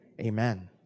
Amen